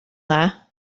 dda